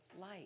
light